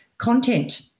content